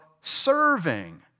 serving